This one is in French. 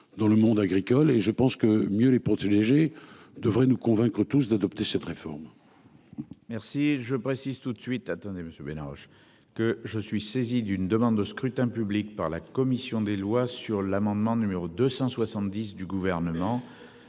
dans le monde agricole et je pense que mieux les protéger devrait nous convaincre tous d'adopter cette réforme. Merci. Je précise tout de suite. Attendez monsieur Bena. Que je suis saisi d'une demande de scrutin public par la commission des lois sur l'amendement numéro 270 du gouvernement.